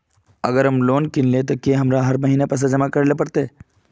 अगर हम लोन किनले ते की हमरा हर महीना पैसा जमा करे ले पड़ते?